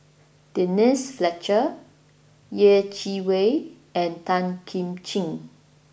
Denise Fletcher Yeh Chi Wei and Tan Kim Ching